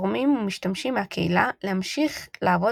תורמים ומשתמשים מהקהילה להמשיך לעבוד